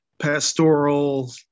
Pastoral